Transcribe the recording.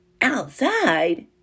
Outside